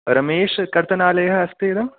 रमेश् कर्तनालयः अस्ति इदं